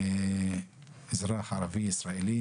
אזרח ערבי ישראלי.